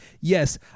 yes